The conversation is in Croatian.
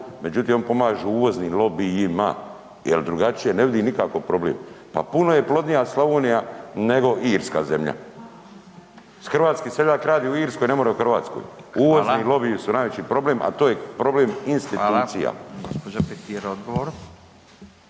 Međutim, on pomaže uvoznim lobijima jel drugačije ne vidim nikako problem. Pa puno je plodnija Slavonija nego Irska zemlja. Hrvatski seljak radi u Irskoj, ne more u Hrvatskoj. Uvozni lobiji …/Upadica: Fala/…su najveći problem, a to je problem …/Upadica: